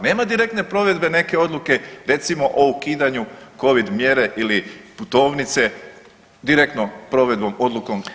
Nema direktne provedbe neke odluke recimo o ukidanju Covid mjere ili putovnice direktno provedbom, odlukom ajmo reći